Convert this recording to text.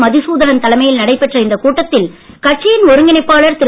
மதுசூதனன் தலைமையில் நடைபெற்ற இந்தக் கூட்டத்தில் கட்சியின் ஒருங்கிணைப்பாளர் திரு